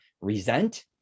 resent